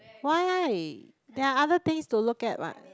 why there are other things to look at what